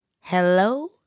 Hello